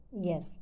Yes